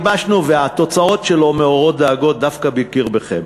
שהתוצאות שלו מעוררות דאגות דווקא בקרבכם.